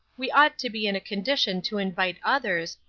we ought to be in a condition to invite others,